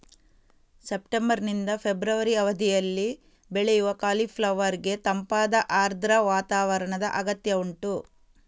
September ನಿಂದ February ಅವಧಿನಲ್ಲಿ ಬೆಳೆಯುವ ಕಾಲಿಫ್ಲವರ್ ಗೆ ತಂಪಾದ ಆರ್ದ್ರ ವಾತಾವರಣದ ಅಗತ್ಯ ಉಂಟು